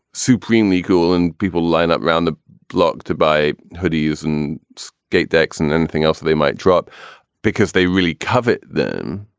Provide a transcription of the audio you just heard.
supremely cool. and people line up around the block to buy hoodies and get decks and anything else they might drop because they really covet them.